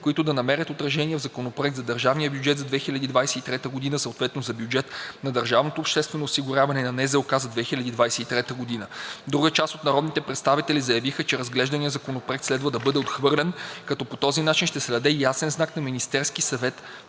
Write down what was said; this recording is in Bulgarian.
които да намерят отражение в Законопроект за държавния бюджет за 2023 г., съответно за бюджета на държавното обществено осигуряване и на НЗОК за 2023 г. Друга част от народните представители заявиха, че разглежданият законопроект следва да бъде отхвърлен, като по този начин ще се даде ясен знак на Министерския съвет,